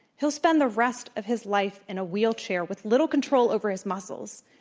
he'll spend the rest of his life in a wheelchair with little control over his muscles.